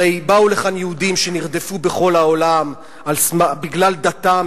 הרי באו לכאן יהודים שנרדפו בכל העולם בגלל דתם,